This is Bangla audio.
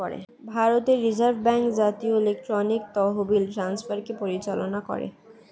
ভারতের রিজার্ভ ব্যাঙ্ক জাতীয় ইলেকট্রনিক তহবিল ট্রান্সফারকে পরিচালনা করে